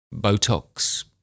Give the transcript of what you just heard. Botox